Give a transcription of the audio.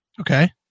Okay